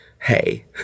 Hey